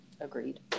Agreed